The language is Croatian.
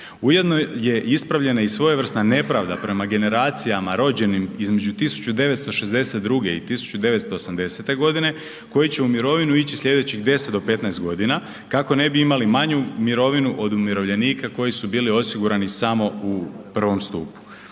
Ujedno je ispravljena i svojevrsna nepravda prema generacijama rođenim između 1962. i 1980. koji će u mirovinu ići slijedećih 10 do 15 godina kako ne bi imali manju mirovinu od umirovljenika koji su bili osigurani samo u prvom stupu.